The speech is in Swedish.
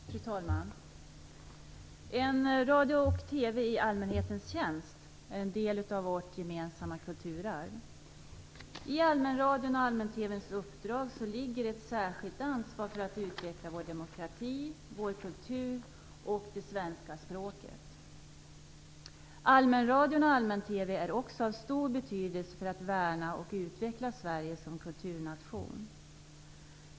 Fru talman! En radio och en TV i allmänhetens tjänst är en del av vårt gemensamma kulturarv. I allmänradions och allmän-TV:ns uppdrag ligger ett särskilt ansvar för att utveckla vår demokrati, vår kultur och det svenska språket. Allmänradio och allmän-TV är också av stor betydelse för att värna och utveckla Sverige som kulturnation.